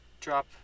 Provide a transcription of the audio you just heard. drop